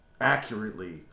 accurately